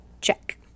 check